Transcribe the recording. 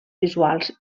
visuals